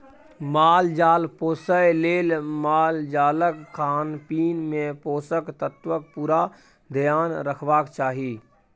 माल जाल पोसय लेल मालजालक खानपीन मे पोषक तत्वक पुरा धेआन रखबाक चाही